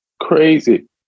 crazy